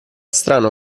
strano